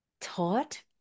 taught